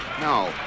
No